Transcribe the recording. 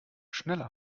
schneller